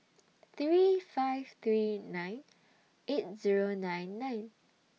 three five three nine eight Zero nine nine